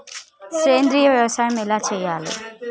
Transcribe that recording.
సేంద్రీయ వ్యవసాయం ఎలా చెయ్యాలే?